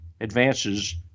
advances